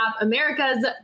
America's